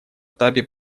этапе